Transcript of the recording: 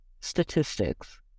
statistics